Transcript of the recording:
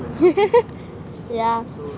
yeah